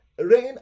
rain